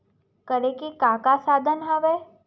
करे के का का साधन हवय?